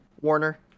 Warner